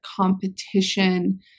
competition